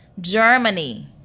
Germany